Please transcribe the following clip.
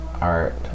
art